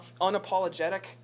unapologetic